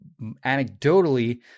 Anecdotally